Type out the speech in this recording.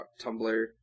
Tumblr